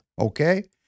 Okay